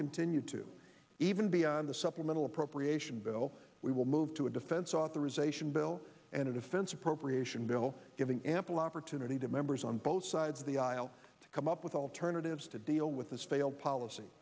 continue to even be on the supplemental appropriation bill we will move to a defense authorization bill and a defense appropriation bill giving ample opportunity to members on both sides of the aisle to come up with alternatives to deal with this failed policy